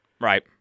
Right